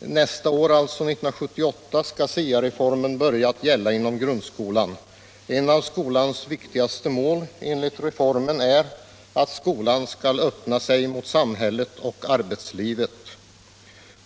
Nästa år skall SIA-reformen börja att gälla inom grundskolan. Ett av Onsdagen den skolans viktigaste mål enligt reformen är att skolan skall öppna sig mot 18 maj 1977 samhället och arbetslivet.